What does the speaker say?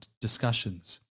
discussions